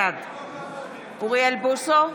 בעד אוריאל בוסו,